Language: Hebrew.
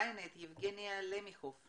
YNET, יבגניה למיחוב,